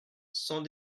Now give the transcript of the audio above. cent